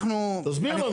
אנחנו --- תסביר לנו.